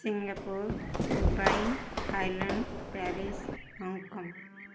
Singapore Dubai Thailand Paris Hong Kong